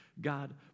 God